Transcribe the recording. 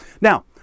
Now